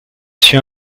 suis